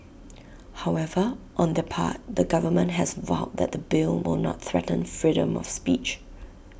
however on their part the government has vowed that the bill will not threaten freedom of speech